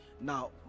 Now